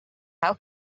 how